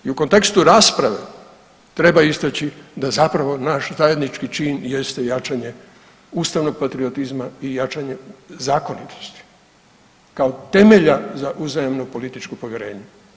I u kontekstu rasprave treba istaći da zapravo naš zajednički čin jeste jačanje ustavnog patriotizma i jačanje zakonitosti kao temelja za uzajamno političko povjerenje.